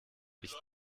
ich